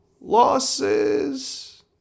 losses